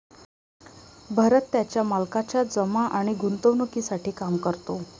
भरत त्याच्या मालकाच्या जमा आणि गुंतवणूकीसाठी काम करतो